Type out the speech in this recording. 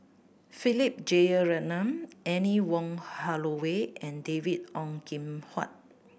Philip Jeyaretnam Anne Wong Holloway and David Ong Kim Huat